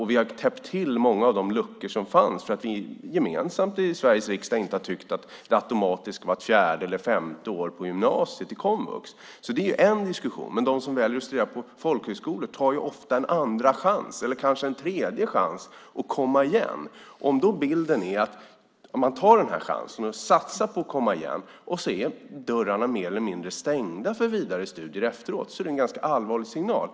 Vi har täppt till många av de luckor som fanns för att vi gemensamt i Sveriges riksdag inte har tyckt att det automatiskt ska vara vart fjärde eller femte år på gymnasiet i komvux. Det är en diskussion. Men de som väljer att studera på folkhögskolor tar ofta en andra chans eller kanske en tredje chans att komma igen. Om då bilden är att dörrarna mer eller mindre är stängda för vidare studier om man tar den här chansen och satsar på att komma igen är det en ganska allvarlig signal.